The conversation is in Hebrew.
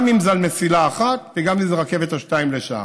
גם אם זה על מסילה אחת וגם אם זה רכבת או שתיים לשעה.